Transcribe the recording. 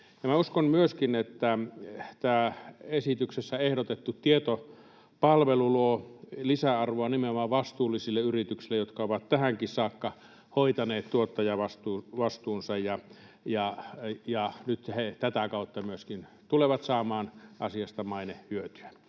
uskon myöskin, että tämä esityksessä ehdotettu tietopalvelu luo lisäarvoa nimenomaan vastuullisille yrityksille, jotka ovat tähänkin saakka hoitaneet tuottajavastuunsa, ja nyt he tätä kautta myöskin tulevat saamaan asiasta mainehyötyä.